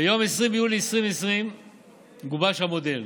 ביום 20 ביולי 2020 גובש המודל,